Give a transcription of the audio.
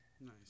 nice